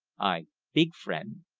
i big frien'.